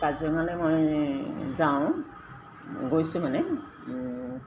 কাজিৰঙালে মই যাওঁ গৈছোঁ মানে